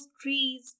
trees